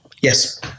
yes